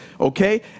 okay